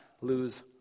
lose